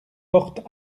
porte